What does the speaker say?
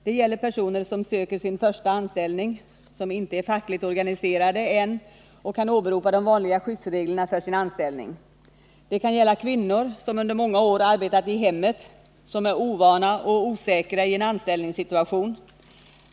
Det gäller personer som söker 13. sin första anställning, som inte är fackligt organiserade än och kan åberopa de vanliga skyddsreglerna för sin anställning. Det kan gälla kvinnor som under många år arbetat i hemmet och är ovana och osäkra i en anställningssituation.